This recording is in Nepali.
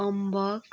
अम्बक